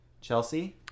Chelsea